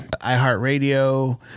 iHeartRadio